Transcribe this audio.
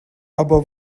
aber